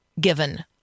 given